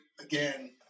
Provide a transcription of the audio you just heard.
again